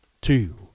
two